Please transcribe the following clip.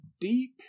deep